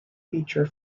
feature